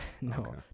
no